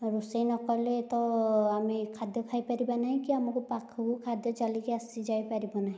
ଆଉ ରୋଷେଇ ନ କଲେ ତ ଆମେ ଖାଦ୍ୟ ଖାଇପାରିବା ନାହିଁ କି ଆମକୁ ପାଖକୁ ଖାଦ୍ୟ ଚାଲିକି ଆସି ଯାଇପାରିବ ନାହିଁ